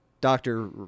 doctor